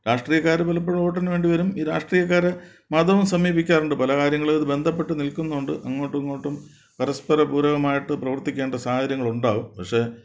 രാഷ്ട്രീയക്കാര് പലപ്പോഴും വോട്ടിന് വേണ്ടിവരും ഈ രാഷ്ട്രീയക്കാര് മതവും സമീപിക്കാറുണ്ട് പലകാര്യങ്ങള് ബന്ധപ്പെട്ട് നിൽക്കുന്നതുകൊണ്ട് അങ്ങോട്ടുമിങ്ങോട്ടും പരസ്പരപൂരകം ആയിട്ട് പ്രവർത്തിക്കേണ്ട സാഹചര്യങ്ങൾ ഉണ്ടാകും പക്ഷെ